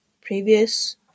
previous